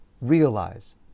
realize